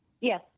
Yes